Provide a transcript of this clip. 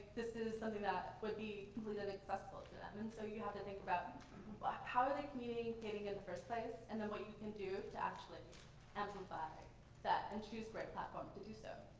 this is something that would be completely inaccessible to them. and so you'd have to think about like how are they communicating in first place and then what you can do to actually amplify that and choose the right platform to do so.